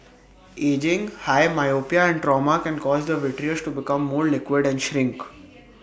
ageing high myopia and trauma can cause the vitreous to become more liquid and shrink